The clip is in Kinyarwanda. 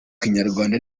kinyarwanda